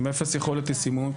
עם אפס יכולת ישימות,